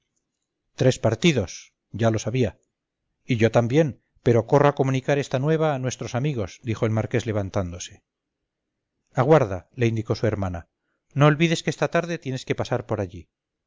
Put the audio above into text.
tres partidos ya lo sabía y yo también pero corro a comunicar esta nueva a nuestros amigos dijo el marqués levantándose aguarda le indicó su hermana no olvides que esta tarde tienes que pasar por allí